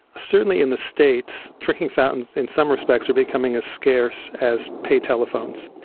certainly in the states, drinking fountains in some respects are becoming as scarce as pay telephones.